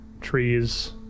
trees